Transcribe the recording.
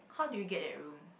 how did you get that room